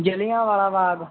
Jallianwala Bagh